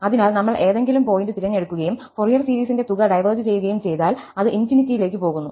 അതിനാൽ നമ്മൾ ഏതെങ്കിലും പോയിന്റ് തിരഞ്ഞെടുക്കുകയും ഫൊറിയർ സീരീസിന്റെ തുക ഡൈവേർജ് ചെയ്യുകയും ചെയ്താൽ അത് ∞ ലേക്ക് പോകുന്നു